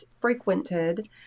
frequented